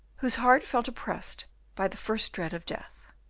whose heart felt oppressed by the first dread of death.